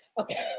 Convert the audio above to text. okay